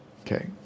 Okay